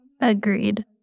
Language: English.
Agreed